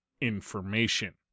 information